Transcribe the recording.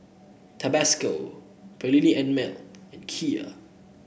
Tabasco Perllini and Mel and Kia